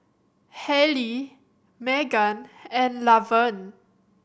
Halley Meaghan and Lavern